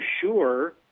sure